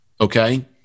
okay